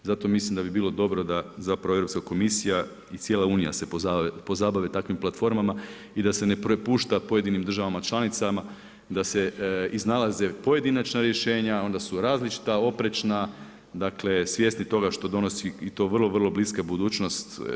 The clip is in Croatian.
Zato mislim da bi bilo dobro da Europska komisija i cijela Unija se pozabavi takvim platformama i da se ne prepušta pojedinim državama članicama da se iznalaze pojedinačna rješenja, onda su različita, oprečna dakle svjesni toga što donosi i to vrlo, vrlo bliska budućnost.